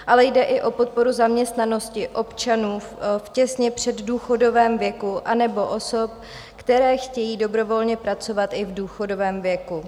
Jde ale i o podporu zaměstnanosti občanů v těsně předdůchodovém věku nebo osob, které chtějí dobrovolně pracovat i v důchodovém věku.